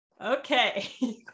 okay